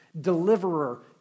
deliverer